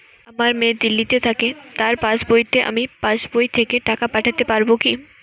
আমার মেয়ে দিল্লীতে থাকে তার পাসবইতে আমি পাসবই থেকে টাকা পাঠাতে পারব কি?